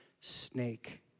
snake